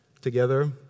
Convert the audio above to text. together